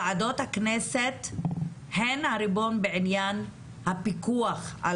ועדות הכנסת הן הריבון בעניין הפיקוח על